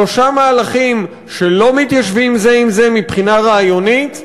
שלושה מהלכים שלא מתיישבים זה עם זה מבחינה רעיונית,